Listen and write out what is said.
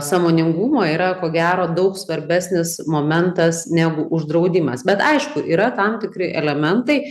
sąmoningumo yra ko gero daug svarbesnis momentas negu uždraudimas bet aišku yra tam tikri elementai